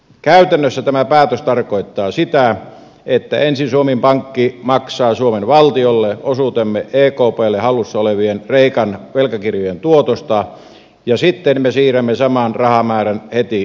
käytännössä tämä päätös tarkoittaa sitä että ensin suomen pankki maksaa suomen valtiolle osuutemme ekpn hallussa olevien kreikan velkakirjojen tuotosta ja sitten me siirrämme saman rahamäärän heti kreikalle